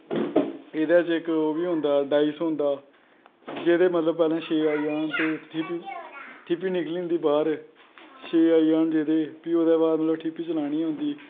एह्दै च इक ओह् बी होंदा डाईस होंदा जेह्जे मतलव पैह्ले छे आई जान ते ठिपी निकली बाह्र थे आई जान जे ह्दे फ्ही ओह्दै बाद ठिप्पी चलांदे